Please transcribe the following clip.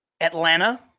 Atlanta